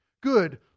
Good